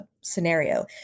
scenario